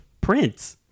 Prince